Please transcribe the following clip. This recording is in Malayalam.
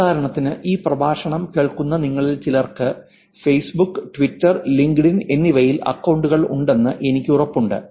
ഉദാഹരണത്തിന് ഈ പ്രഭാഷണം കേൾക്കുന്ന നിങ്ങളിൽ ചിലർക്ക് ഫേസ്ബുക്ക് ട്വിറ്റർ ലിങ്ക്ഡ്ഇൻ എന്നിവയിൽ അക്കൌണ്ടുകൾ ഉണ്ടെന്ന് എനിക്ക് ഉറപ്പുണ്ട്